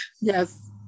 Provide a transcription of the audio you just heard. Yes